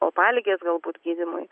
opaligės galbūt gydymui